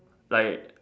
like